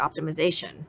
optimization